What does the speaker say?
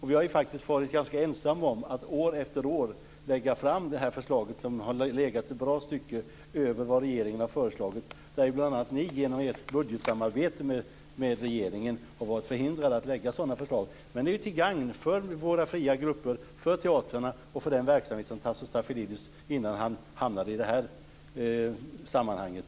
Vi har varit ganska ensamma om att år efter år lägga fram detta förslag som har legat ett bra stycke över vad regeringen har föreslagit. Vänsterpartiet har bl.a. genom sitt budgetsamarbete med regeringen varit förhindrade att lägga fram sådana förslag. Det är till gagn för våra fria grupper, teatrarna och den verksamhet som Tasso Stafilidis ägnade sig åt innan han hamnade i det här sammanhanget.